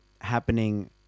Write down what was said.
happening